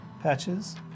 Patches